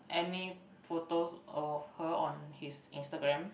any photos of her on his Instagram